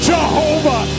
Jehovah